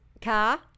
car